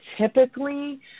typically